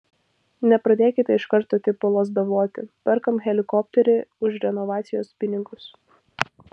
nepradėkit iš karto tipo lazdavoti perkam helikopterį už renovacijos pinigus